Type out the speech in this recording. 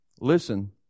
Listen